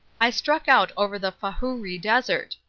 i struck out over the fahuri desert.